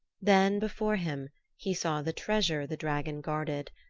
then, before him he saw the treasure the dragon guarded,